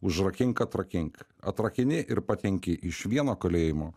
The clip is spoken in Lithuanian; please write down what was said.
užrakink atrakink atrakini ir patenki iš vieno kalėjimo